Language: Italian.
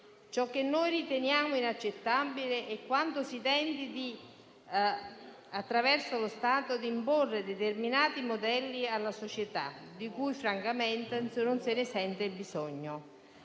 Ciò che riteniamo inaccettabile è quando si tenta, attraverso lo Stato, di imporre determinati modelli alla società, di cui francamente non si sente il bisogno.